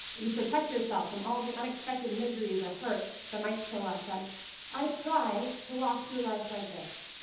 you protect yourself from all the unexpected miseries or hurt that might show up. but i try to walk through life like this.